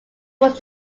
was